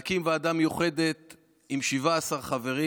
להקים ועדה מיוחדת עם 17 חברים.